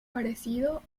parecido